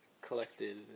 collected